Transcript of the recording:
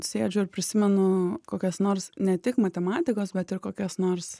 sėdžiu ir prisimenu kokias nors ne tik matematikos bet ir kokios nors